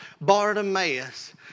Bartimaeus